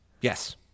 Yes